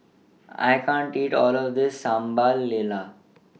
I can't eat All of This Sambal Lala